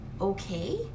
okay